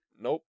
Nope